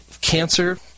cancer